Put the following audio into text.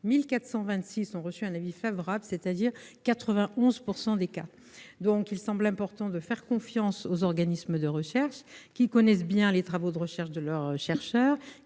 1 426 ont reçu un avis favorable, soit 91 % des cas. Il me semble important de faire confiance aux organismes de recherche qui connaissent bien les travaux de leurs chercheurs,